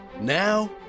Now